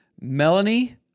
Melanie